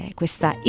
questa